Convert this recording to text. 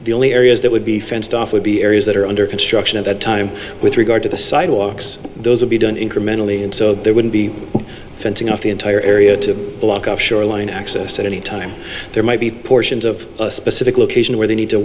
the only areas that would be fenced off would be areas that are under construction at that time with regard to the sidewalks those would be done incrementally and so there wouldn't be fencing off the entire area to block up shoreline access at any time there might be portions of a specific location where they need to